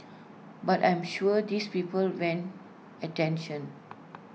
but I'm sure these people went attention